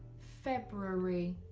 february.